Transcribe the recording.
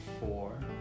four